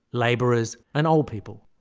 labourers and old people,